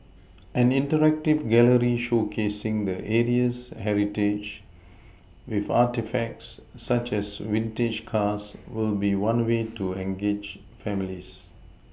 an interactive gallery showcasing the area's heritage with artefacts such as vintage cars will be one way to engage families